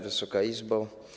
Wysoka Izbo!